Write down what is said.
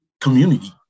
community